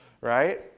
Right